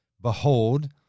behold